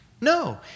No